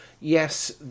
yes